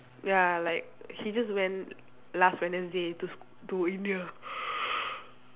ya like he just went last wednesday to to India